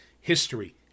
history